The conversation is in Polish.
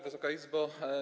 Wysoka Izbo!